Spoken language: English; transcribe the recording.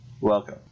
Welcome